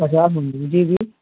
पचास मुंडी जी जी